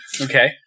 Okay